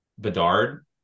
Bedard